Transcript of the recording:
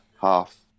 half